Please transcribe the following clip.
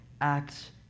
acts